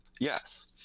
Yes